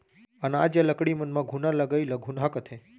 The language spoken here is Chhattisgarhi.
अनाज या लकड़ी मन म घुना लगई ल घुनहा कथें